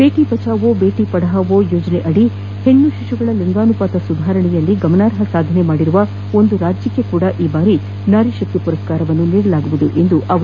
ಬೇಟಿ ಬಚಾವೋ ಬೇಟಿ ಪಢಾವೋ ಯೋಜನೆಯಡಿ ಹೆಣ್ಣು ಶಿಶುಗಳ ಲಿಂಗಾನುಪಾತ ಸುಧಾರಣೆಯಲ್ಲಿ ಗಮನಾರ್ಪ ಸಾಧನೆ ಮಾಡಿರುವ ಒಂದು ರಾಜ್ಯಕ್ಕೆ ಈ ಬಾರಿ ನಾರಿಶಕ್ತಿ ಮರಸ್ಕಾರ ನೀಡಲಾಗುವುದು ಎಂದರು